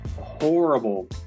horrible